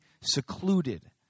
secluded